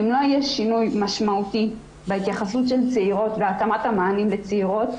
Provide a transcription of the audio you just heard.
אם לא יהיה שינוי משמעותי בהתייחסות לצעירות והתאמת המענים לצעירות,